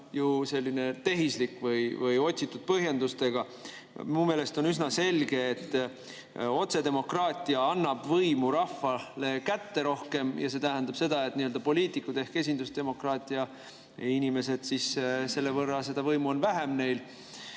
ole selline tehislik või otsitud põhjendustega. Minu meelest on üsna selge, et otsedemokraatia annab võimu rahvale kätte rohkem, ja see tähendab seda, et poliitikutel ehk esindusdemokraatia inimestel on selle võrra seda võimu vähem või